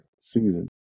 season